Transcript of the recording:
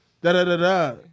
da-da-da-da